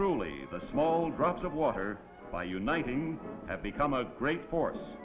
truly the small drops of water by uniting have become a great